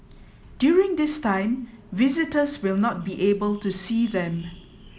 during this time visitors will not be able to see them